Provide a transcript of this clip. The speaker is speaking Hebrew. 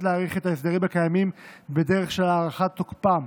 להאריך את ההסדרים הקיימים בדרך של הארכת תוקפה